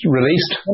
released